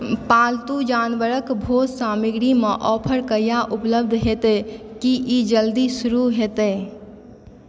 पालतू जानवरक भोजन सामग्री मे ऑफर कहिया उपलब्ध हेतै कि ई जल्दी शुरू हेतै